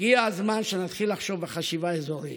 הגיע הזמן שנתחיל לחשוב בחשיבה אזורית.